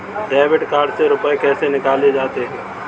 Debit card से रुपये कैसे निकाले जाते हैं?